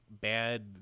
bad